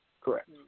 Correct